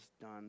done